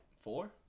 four